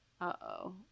Uh-oh